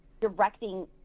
directing